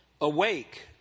Awake